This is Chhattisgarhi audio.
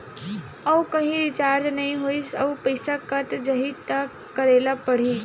आऊ कहीं रिचार्ज नई होइस आऊ पईसा कत जहीं का करेला पढाही?